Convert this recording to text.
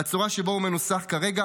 בצורה שבה הוא מנוסח כרגע,